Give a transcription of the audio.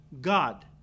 God